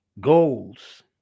goals